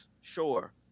Sure